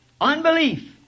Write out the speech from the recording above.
Unbelief